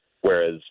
Whereas